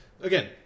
Again